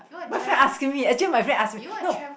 my friend asking me actually my friend ask me no